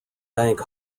bank